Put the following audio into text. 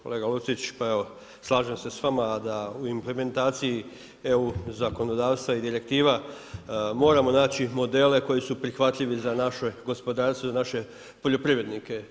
Kolega Lucić, slažem se s vama da u implementaciji EU zakonodavstva i direktiva moramo naći modele koji su prihvatljivi za naše gospodarstvo i za naše poljoprivrednike.